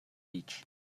beach